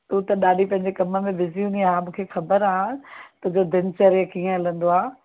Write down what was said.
तूं त ॾाढी पंहिंजे कम में बिज़ी हूंदी आहिं मूंखे ख़बर आहे तुंहिंजो दिनचर्या कीअं हलंदो आहे